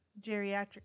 Geriatric